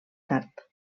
tard